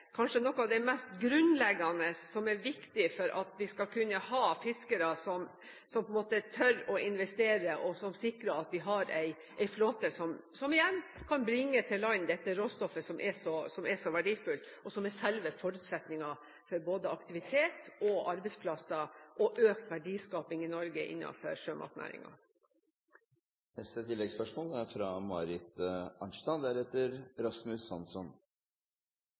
kanskje noe av det mest grunnleggende som er viktig for at vi skal kunne ha fiskere som tør å investere, og som sikrer at vi har en flåte som igjen kan bringe til land dette råstoffet som er så verdifullt, og som er selve forutsetningen for både aktivitet, arbeidsplasser og økt verdiskaping i Norge innenfor sjømatnæringen. Marit Arnstad – til oppfølgingsspørsmål. Fiskerinæringen er